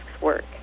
work